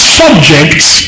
subjects